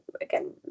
again